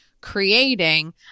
creating